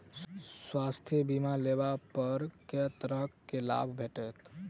स्वास्थ्य बीमा लेबा पर केँ तरहक करके लाभ भेटत?